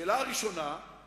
השאלה הראשונה היא